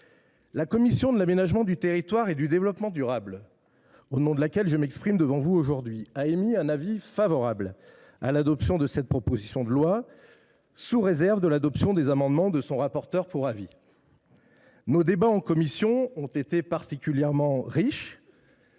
La commission de l’aménagement du territoire et du développement durable, au nom de laquelle je m’exprime devant vous aujourd’hui, a émis un avis favorable sur l’adoption de cette proposition de loi, sous réserve de l’adoption des amendements de son rapporteur pour avis. Nos débats en commission ont été particulièrement riches.